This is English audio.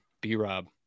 B-Rob